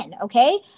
okay